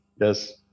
Yes